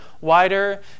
wider